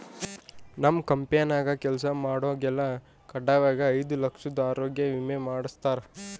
ನಮ್ ಕಂಪೆನ್ಯಾಗ ಕೆಲ್ಸ ಮಾಡ್ವಾಗೆಲ್ಲ ಖಡ್ಡಾಯಾಗಿ ಐದು ಲಕ್ಷುದ್ ಆರೋಗ್ಯ ವಿಮೆ ಮಾಡುಸ್ತಾರ